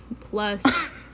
plus